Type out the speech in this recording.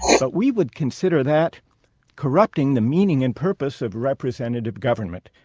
but we would consider that corrupting the meaning and purpose of representative government.